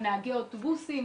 נהגי אוטובוסים,